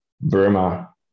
Burma